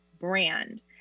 brand